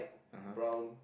brown